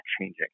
changing